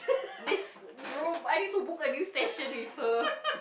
this room I need to book a new station with her